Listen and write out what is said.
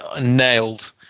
nailed